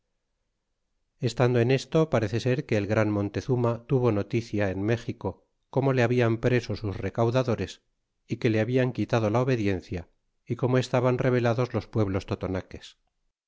estando en esto parece ser que el gran montezuma tuvo noticia en méxico como le habian preso sus recaudadores é que le habian quitado la obediencia y como estaban rebelados los pueblos